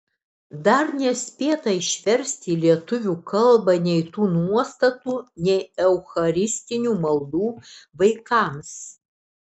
dar nespėta išversti į lietuvių kalbą nei tų nuostatų nei eucharistinių maldų vaikams